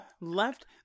left